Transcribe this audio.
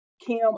Kim